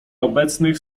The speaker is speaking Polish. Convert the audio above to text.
obecnych